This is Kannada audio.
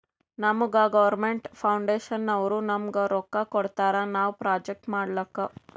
ನಮುಗಾ ಗೌರ್ಮೇಂಟ್ ಫೌಂಡೇಶನ್ನವ್ರು ನಮ್ಗ್ ರೊಕ್ಕಾ ಕೊಡ್ತಾರ ನಾವ್ ಪ್ರೊಜೆಕ್ಟ್ ಮಾಡ್ಲಕ್